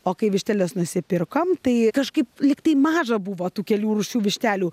o kai višteles nusipirkom tai kažkaip lyg tai maža buvo tų kelių rūšių vištelių